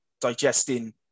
digesting